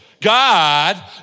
God